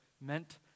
meant